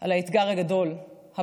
על האתגר הבריאותי